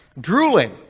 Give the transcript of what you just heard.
drooling